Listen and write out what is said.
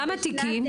כמה תיקים?